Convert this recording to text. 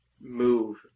move